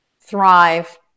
thrive